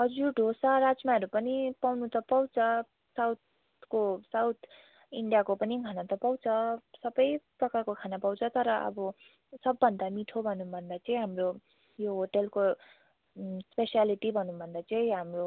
हजुर ढोसा राजमाहरू पनि पाउनु त पाउँछ साउथको साउथ इन्डियाको पनि खाना त पाउँछ सपै प्रकारको खाना पाउँछ तर अब सबभन्दा मिठो भनौँ भन्दा चाहिँ हाम्रो यो होटेलको स्पेस्यालिटी भनौँ भन्दा चाहिँ हाम्रो